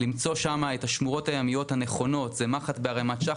למצוא שם את השמורות הימיות הנכונות זה מחט בערימת שחת,